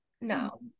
no